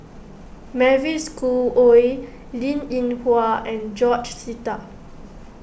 Mavis Khoo Oei Linn in Hua and George Sita